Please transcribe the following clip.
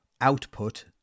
output